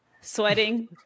sweating